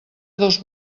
dos